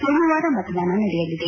ಸೋಮವಾರ ಮತದಾನ ನಡೆಯಲಿದೆ